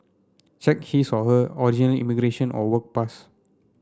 check his or her original immigration or work pass